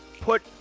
put